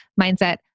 mindset